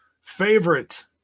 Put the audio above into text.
favorite